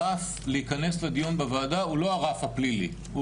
רף להכנס לדיון בוועדה הוא לא הרף הפלילי,